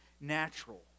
natural